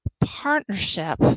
Partnership